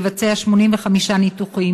לבצע 85 ניתוחים,